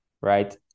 right